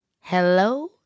hello